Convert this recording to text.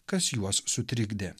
kas juos sutrikdė